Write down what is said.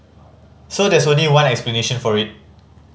so there's only one explanation for it